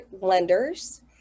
lenders